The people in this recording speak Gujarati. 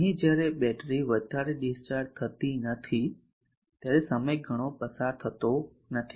અહીં જ્યારે બેટરી વધારે ડિસ્ચાર્જ થતી નથી ત્યારે સમય ઘણો પસાર થતો નથી